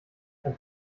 dann